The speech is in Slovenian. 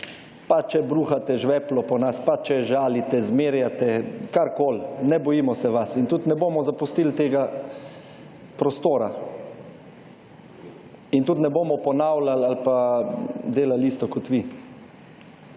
pa če bruhate žveplo po nas, pa če žalite, zmerjate, karkoli, ne bojimo se vas in tudi ne bomo zapustil tega prostora in tudi ne bomo ponavljal ali pa delal isto, kot vi.